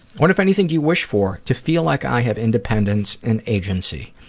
what if anything do you wish for? to feel like i have independence and agency.